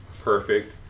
perfect